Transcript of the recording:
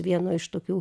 vieno iš tokių